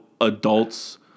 adults